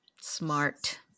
Smart